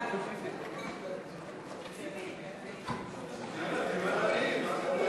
משרד החוץ, לשנת התקציב 2016, בדבר תוכנית חדשה לא